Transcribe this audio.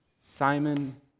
Simon